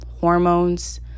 hormones